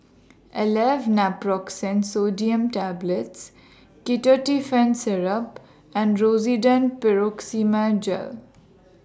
Aleve Naproxen Sodium Tablets Ketotifen Syrup and Rosiden Piroxicam Gel